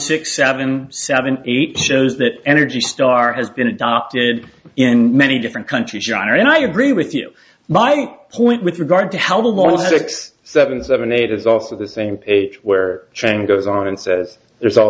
six seven seven eight shows that energy star has been adopted in many different countries john and i agree with you my point with regard to how the last six seven seven eight is also the same age where chang goes on and says there's all